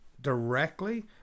directly